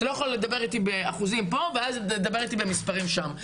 אתה לא יכול לדבר איתי באחוזים פה ואז לדבר איתי במספרים כאן,